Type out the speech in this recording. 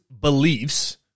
beliefs